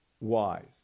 wise